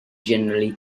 generally